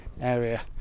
area